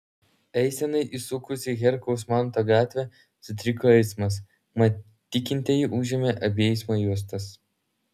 eisenai įsukus į herkaus manto gatvę sutriko eismas mat tikintieji užėmė abi eismo juostas